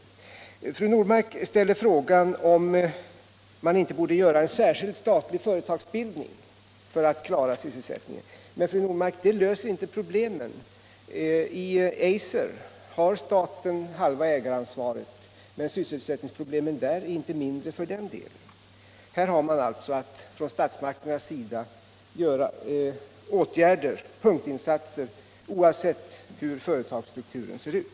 145 Fru Normark ställer frågan om man inte borde ha en särskild statlig företagsbildning för att öka sysselsättningen. Men det löser inte problemen, fru Normark. I Eiser har staten halva ägaransvaret, men sysselsättningsproblemen där är inte mindre för det. Från statsmakternas sida måste vi vidta åtgärder, oavsett hur företagsstrukturen ser ut.